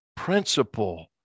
Principle